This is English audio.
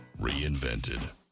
Reinvented